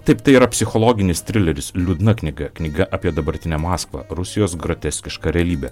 taip tai yra psichologinis trileris liūdna knyga knyga apie dabartinę maskvą rusijos groteskišką realybę